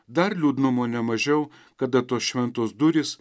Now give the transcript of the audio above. dar liūdnumo nemažiau kada tos šventos durys